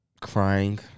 crying